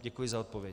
Děkuji za odpověď.